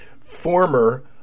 former